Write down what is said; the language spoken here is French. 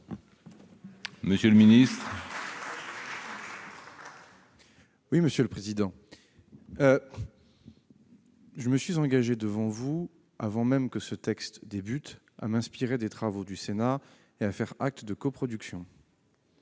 Monsieur le président de la commission des lois, je me suis engagé devant vous, avant même que ce texte ne débute, à m'inspirer des travaux du Sénat et à faire acte de coproduction.